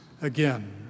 again